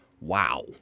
wow